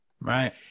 Right